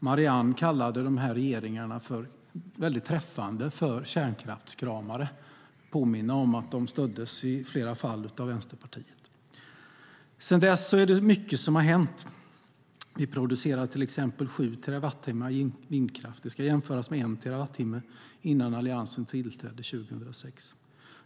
Marianne Berg kallade dessa regeringar väldigt träffande för kärnkraftskramare. Jag vill påminna om att de i flera fall stöddes av Vänsterpartiet. Sedan dess har mycket hänt. Vi producerar till exempel sju terawattimmar vindkraft. Det ska jämföras med en terawattimme innan Alliansen tillträdde 2006.